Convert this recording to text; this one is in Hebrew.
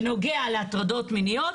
בנוגע להטרדות מיניות,